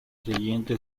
siguiente